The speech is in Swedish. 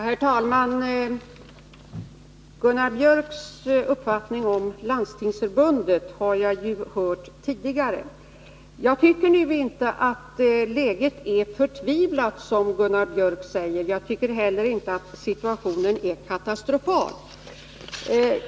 Herr talman! Gunnar Biörcks i Värmdö uppfattning om Landstingsförbundet har jag hört tidigare. Jag tycker inte att läget är förtvivlat som Gunnar Biörck säger. Jag tycker heller inte att situationen är katastrofal.